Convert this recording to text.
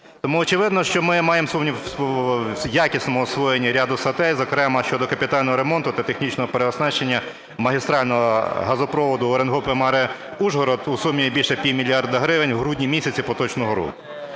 Тому, очевидно, що ми маємо сумнів в якісному освоєнні ряду статей, зокрема щодо капітального ремонту та технічного переоснащення магістрального газопроводу Уренгой – Помари – Ужгород, у сумі більш як півмільярда гривень в грудні місяці поточного року.